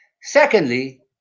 Secondly